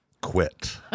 quit